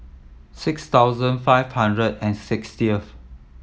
six thousand five hundred and sixtieth